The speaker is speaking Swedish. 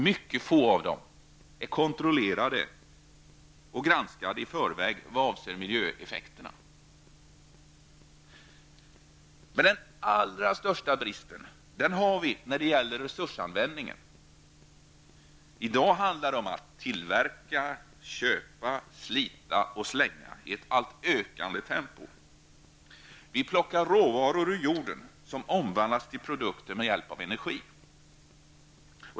Mycket få av dem är kontrollerade och granskade i förväg vad avser miljöeffekterna. Den allra största bristen finns i resursanvändningen. I dag handlar det om att i ett allt ökande tempo tillverka, köpa, slita och slänga. Vi plockar ur jorden råvaror som omvandlas till produkter med hjälp av energi.